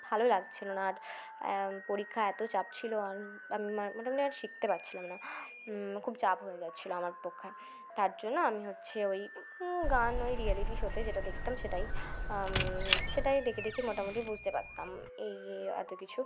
ভালো লাগছিলো না আর পরীক্ষা এত চাপ ছিলো আমি মা মোটামোটি আর শিখতে পারছিলাম না খুব চাপ হয়ে যাচ্ছিলো আমার পক্ষে তার জন্য আমি হচ্ছে ওই গান ওই রিয়ালিটি শোতে যেটা দেখতাম সেটাই সেটাই দেখে দেখে মোটামোটি বুঝতে পারতাম এই এই এত কিছু